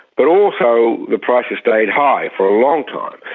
but also the prices stayed high for a long time.